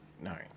No